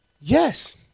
Yes